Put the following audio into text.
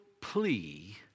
plea